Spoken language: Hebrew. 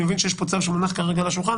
אני מבין שיש פה צו שמונח כרגע על השולחן,